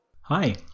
Hi